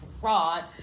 fraud